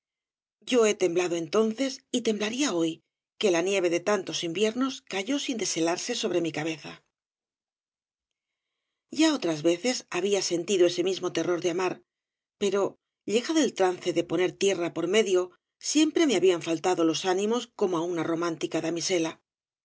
yo he temblado entonces y temblaría hoy que la nieve de tantos inviernos cayó sin deshelarse sobre mi cabeza ya otras veces había sentido ese mismo terror de amar pero llegado el trance de poner tierra por medio siempre me habían faltado los ánimos como á una romántica damisela